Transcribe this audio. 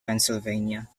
pennsylvania